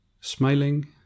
Smiling